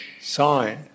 sign